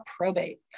probate